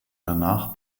danach